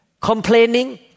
Complaining